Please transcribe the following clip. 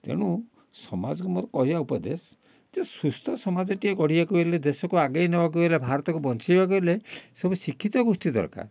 ତେଣୁ ସମାଜକୁ ମୋର କହିବା ଉପଦେଶ ଯେ ସୁସ୍ଥ ସମାଜଟିଏ ଗଢ଼ିବାକୁ ହେଲେ ଦେଶକୁ ଆଗେଇ ନେବାକୁ ହେଲେ ଭାରତକୁ ବଞ୍ଚେଇବାକୁ ହେଲେ ସବୁ ଶିକ୍ଷିତ ଗୋଷ୍ଠୀ ଦରକାର